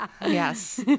Yes